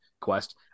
quest